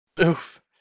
Oof